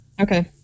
Okay